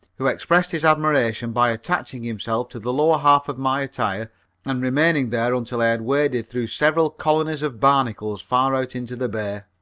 who expressed his admiration by attaching himself to the lower half of my attire and remaining there until i had waded through several colonies of barnacles far out into the bay.